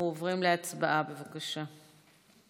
אנחנו עוברים להצבעה, בבקשה.